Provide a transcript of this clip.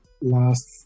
last